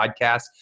podcast